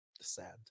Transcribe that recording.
sad